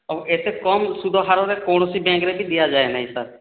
ଏତେ କମ ସୁଧ ହାରରେ କୋଣସି ବ୍ୟାଙ୍କରେ ବି ଦିଆଯାଏନାହିଁ ସାର୍